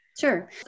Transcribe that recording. Sure